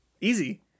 Easy